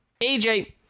AJ